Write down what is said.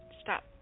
stop